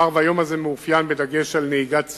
מאחר שהיום הזה מאופיין בדגש על נהיגת צעירים,